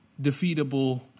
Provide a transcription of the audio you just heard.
defeatable